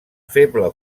feble